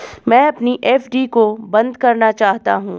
मैं अपनी एफ.डी को बंद करना चाहता हूँ